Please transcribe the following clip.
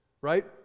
right